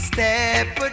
Step